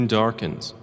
darkens